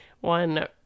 one